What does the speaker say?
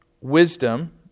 wisdom